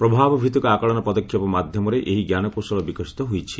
ପ୍ରଭାବଭିତ୍ତିକ ଆକଳନ ପଦକ୍ଷେପ ମାଧ୍ୟମରେ ଏହି ଞ୍ଜାନକୌଶଳ ବିକଶିତ ହୋଇଛି